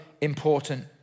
important